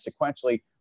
sequentially